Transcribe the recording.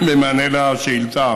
במענה על שאילתה